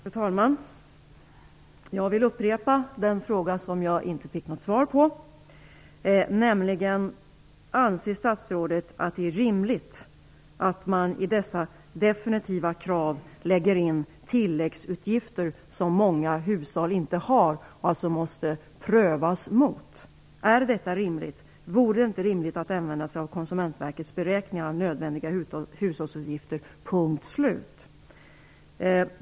Fru talman! Jag vill upprepa den fråga som jag inte fick något svar på: Anser statsrådet att det är rimligt att man i dessa definitiva krav lägger in tilläggsutgifter, som många hushåll inte har men alltså ändå måste prövas mot? Är detta rimligt? Vore det inte rimligt att helt enkelt använda sig av Konsumentverkets beräkningar av nödvändiga hushållsutgifter?